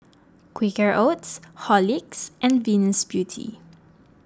Quaker Oats Horlicks and Venus Beauty